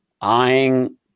eyeing